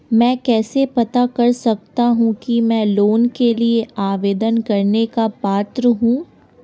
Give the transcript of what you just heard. मैं कैसे पता कर सकता हूँ कि मैं लोन के लिए आवेदन करने का पात्र हूँ?